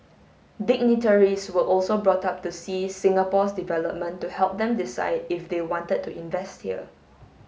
dignitaries were also brought up to see Singapore's development to help them decide if they wanted to invest here